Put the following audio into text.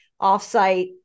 offsite